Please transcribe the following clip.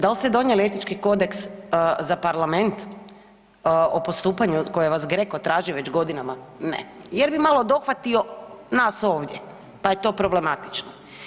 Da li ste donijeli etički kodeks za parlament o postupanju koje vas GRECO traži već godinama, ne, jer bi malo dohvatio nas ovdje, pa je to problematično.